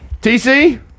TC